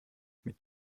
mit